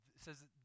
says